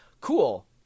cool